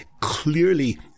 Clearly